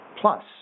plus